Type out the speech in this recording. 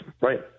Right